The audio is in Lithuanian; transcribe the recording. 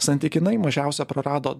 santykinai mažiausia prarado